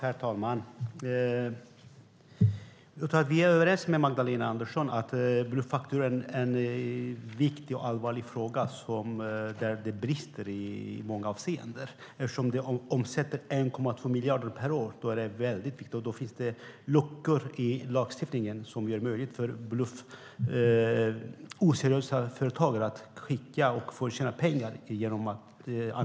Herr talman! Vi är överens med Magdalena Andersson om att frågan om bluffakturor är viktig och allvarlig, och det brister i många avseenden. De omsätter 1,2 miljarder per år, och det finns luckor i lagstiftningen som gör det möjligt för oseriösa företagare att skicka bluffakturor och tjäna pengar på dem.